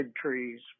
trees